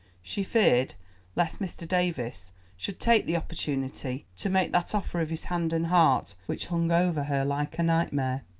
she feared lest mr. davies should take the opportunity to make that offer of his hand and heart which hung over her like a nightmare.